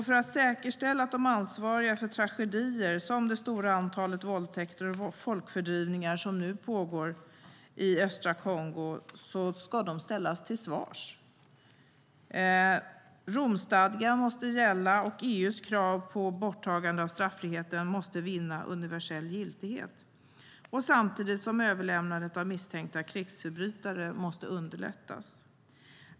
För att säkerställa att de ansvariga för tragedier som det stora antalet våldtäkter och folkfördrivningar som pågår i östra Kongo ställs till svars måste Romstadgan gälla och EU:s krav på borttagen straffrihet vinna universell giltighet, samtidigt som överlämnande av misstänkta krigsförbrytare underlättas.